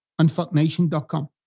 unfucknation.com